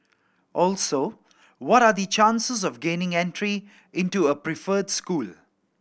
also what are the chances of gaining entry into a preferred school